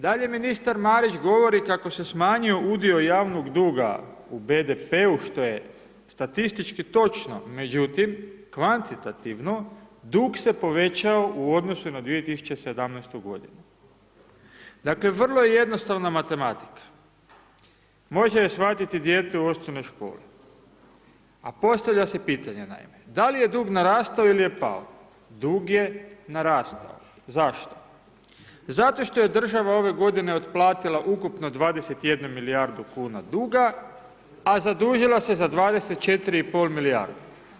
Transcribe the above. Dalje ministar Marić govori kao se smanjio udio javnog duga u BDP-u što je statistički točno međutim, kvantitativno dug se povećao u odnosu na 2017. godinu, dakle vrlo je jednostavna matematika može je shvatiti dijete u osnovnoj školi, a postavlja se pitanje naime, da li je dug narastao ili je pao, dug je narastao, zašto, zato što je država ove godine otplatila ukupno 21 milijardu kuna duga, a zadužila se za 24,5 milijarde.